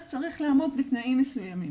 אז צריך לעמוד בתנאים מסוימים,